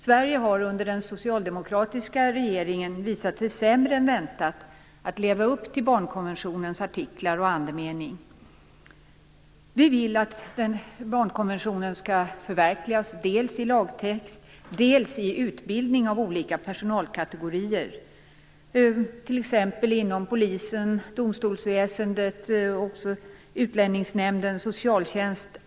Sverige har under den socialdemokratiska regeringen visat sig sämre än väntat i förmågan att leva upp till barnkonventionens artiklar och andemening. Vi vill att barnkonventionen skall förverkligas dels i lagtext, dels i utbildning av olika personalkategorier, t.ex. inom polisen, domstolsväsendet, Utlänningsnämnden, socialtjänst.